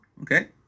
okay